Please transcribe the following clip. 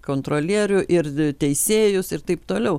kontrolierių ir teisėjus ir taip toliau